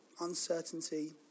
uncertainty